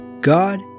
God